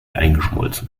eingeschmolzen